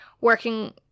working